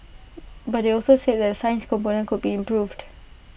but they also said the science component could be improved